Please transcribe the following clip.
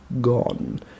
gone